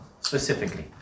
Specifically